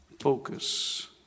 focus